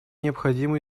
необходимо